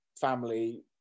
family